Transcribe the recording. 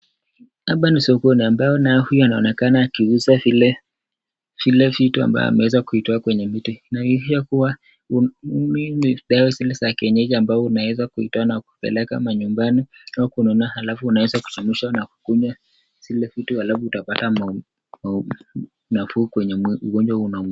Hapa ni sokoni ambayo nayo huyo anaonekana akiuza vile vitu ambayo ameweza kuitoa kwenye miti kuwa ni dawa zile za kienyeji ambao unaweza kuitoa na kupeleka manyumbani au kununua alafu unaweza kuchemsha na kukunywa zile vitu alafu utapata nafuu kwenye ugonjwa unaomuma.